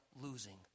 losing